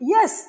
Yes